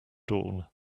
dawn